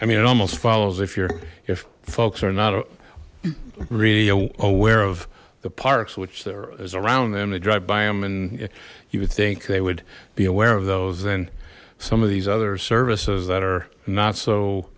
mean it almost follows if you're if folks are not really aware of the parks which there is around them they drive by them and you would think they would be aware of those and some of these other services that are not so